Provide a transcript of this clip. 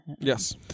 Yes